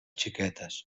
xiquetes